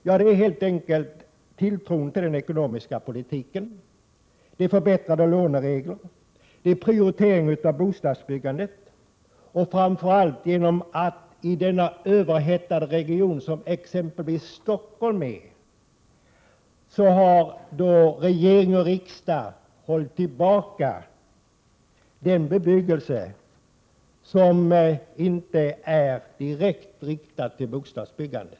Jo, det är helt enkelt tilltron till den ekonomiska politiken, de förbättrade lånereglerna och prioriteringen av bostadsbyggandet. Framför allt när det gäller den överhettade region som exempelvis Stockholm utgör har regering och riksdag hållit tillbaka det byggande som inte är ett direkt bostadsbyggande.